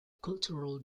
cultural